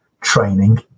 training